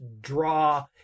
draw